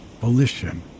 volition